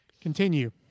continue